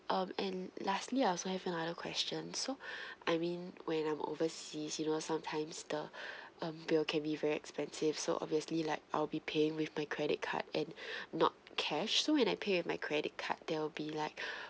um and lastly I also have another question so I mean when I'm overseas you know sometimes the um bill can be very expensive so obviously like I'll be paying with my credit card and not cash so when I pay with my credit card there'll be like